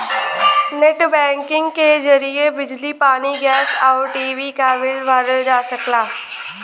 net banking के जरिए बिजली पानी गैस आउर टी.वी क बिल भरल जा सकला